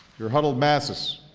your huddled masses,